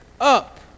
up